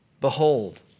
behold